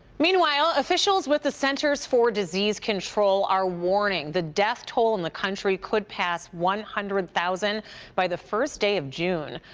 meanwhile, officials with the centers for disease control are warning the death toll in the country could pass one hundred thousand by the first day in june.